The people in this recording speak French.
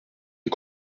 est